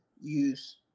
use